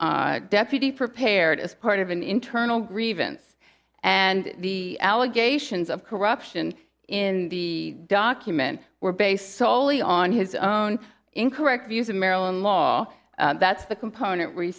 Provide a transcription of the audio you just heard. the deputy prepared as part of an internal grievance and the allegations of corruption in the document were based soley on his own incorrect views of maryland law that's the component w